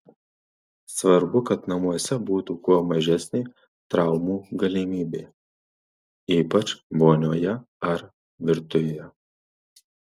svarbu kad namuose būtų kuo mažesnė traumų galimybė ypač vonioje ar virtuvėje